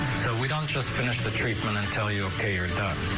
we don't just finish the treatment and tell you okay, you're done.